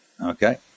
okay